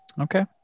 Okay